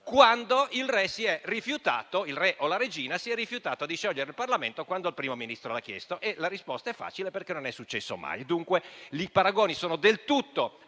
cui il re o la regina si siano rifiutati di sciogliere il Parlamento quando il Primo Ministro l'ha chiesto. La risposta è facile, perché non è successo mai. I paragoni, quindi, sono del tutto